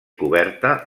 coberta